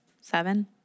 Seven